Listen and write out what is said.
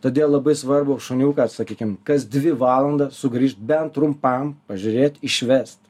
todėl labai svarbu šuniuką sakykim kas dvi valandas sugrįžt bent trumpam pažiūrėt išvest